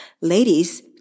Ladies